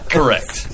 Correct